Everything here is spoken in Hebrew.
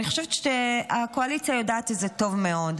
אני חושבת שהקואליציה יודעת את זה טוב מאוד.